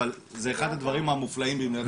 אבל זה אחד הדברים המופלאים במדינת ישראל.